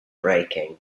breaking